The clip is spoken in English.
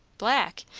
black!